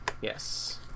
Yes